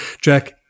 Jack